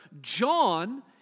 John